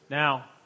now